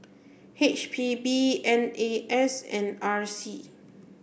H P B N A S and R C